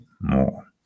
more